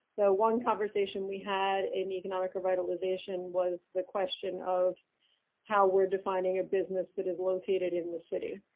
the one conversation we had in the economic revitalization was the question of how we're defining a business that is located in the city.